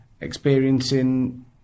experiencing